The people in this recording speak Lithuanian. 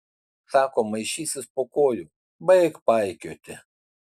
sako maišysis po kojų baik paikioti